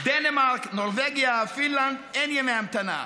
דנמרק, נורבגיה, פינלנד, אין ימי המתנה.